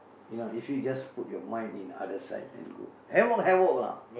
you know if we just put your mind in other side and go havoc havoc lah